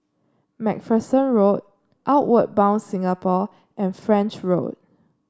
MacPherson Road Outward Bound Singapore and French Road